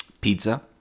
pizza